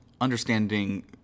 Understanding